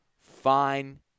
fine